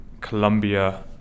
colombia